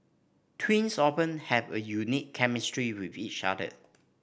twins often have a unique chemistry with each other